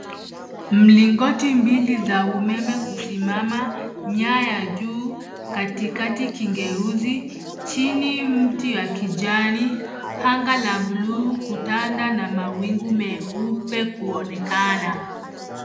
Mlingoti mbili za umeme kusimama, nyaya juu katikati kigeuzi chini mti ya kijani anga la buluu kutanda na mawingu meupe kuonekana.